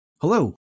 Hello